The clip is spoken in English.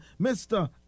Mr